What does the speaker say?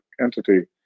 entity